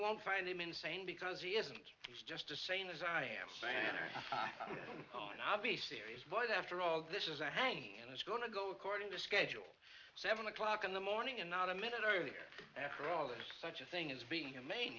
won't find him insane because he isn't he's just the same as i am saying oh no i'll be serious voice after all this is a hanging and it's going to go according to schedule seven o'clock in the morning and not a minute early after all is such a thing as being